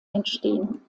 entstehen